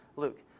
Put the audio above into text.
Luke